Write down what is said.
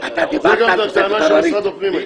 זו גם הטענה של משרד הפנים הייתה.